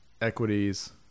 equities